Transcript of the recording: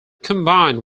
combined